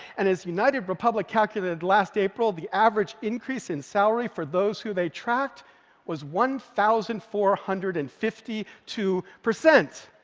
and as united republic calculated last april, the average increase in salary for those who they tracked was one thousand four hundred and fifty two percent.